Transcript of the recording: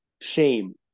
shame